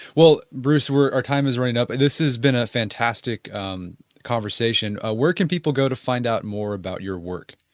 well, bruce, our time is running up and this has been a fantastic um conversation. ah where can people go to find out more about your work?